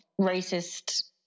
racist